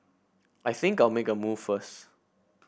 I think I'll make a move first